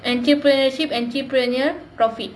entrepreneurship enterpreneur profit